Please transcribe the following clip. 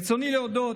ברצוני להודות